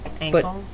ankle